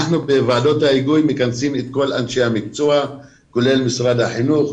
אנחנו בוועדות ההיגוי מכנסים את כל אנשי המקצוע כולל משרד החינוך,